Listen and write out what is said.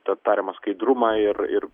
tą tariamą skaidrumą ir ir